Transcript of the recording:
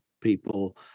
people